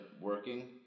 working